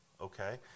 Okay